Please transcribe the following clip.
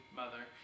mother